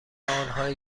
آنهایی